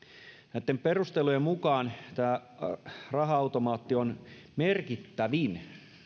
näitten perustelujen mukaan raha automaatti on merkittävin